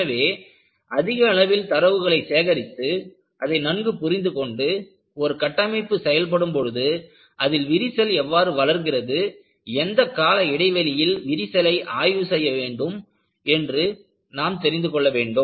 எனவே அதிக அளவில் தரவுகளை சேகரித்து அதை நன்கு புரிந்து கொண்டு ஒரு கட்டமைப்பு செயல்படும் பொழுது அதில் விரிசல் எவ்வாறு வளர்கிறது எந்த கால இடைவெளியில் விரிசலை ஆய்வு செய்ய வேண்டும் என்று நமக்கு தெரிய வேண்டும்